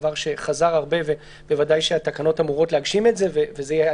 זה דבר שחזר הרבה וודאי שהתקנות אמורות להגשים את זה וזה יהיה,